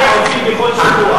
את זה עושים בכל שבוע.